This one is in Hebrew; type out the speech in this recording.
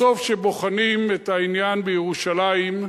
בסוף, כשבוחנים את העניין בירושלים,